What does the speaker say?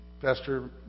Pastor